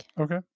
okay